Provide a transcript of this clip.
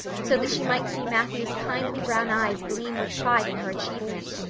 so that she might see matthew's kindly brown eyes gleam with pride in her achievement.